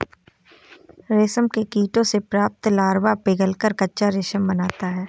रेशम के कीड़ों से प्राप्त लार्वा पिघलकर कच्चा रेशम बनाता है